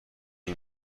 این